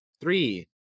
Three